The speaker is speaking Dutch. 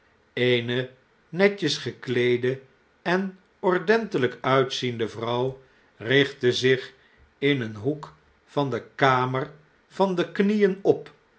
eene netjes gekleede en ordentelgk uitziende vrouw richtte zich in een hoek van de kamer van